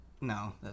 no